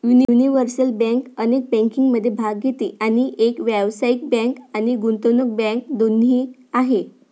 universal bank अनेक बँकिंगमध्ये भाग घेते आणि एक व्यावसायिक बँक आणि गुंतवणूक बँक दोन्ही आहे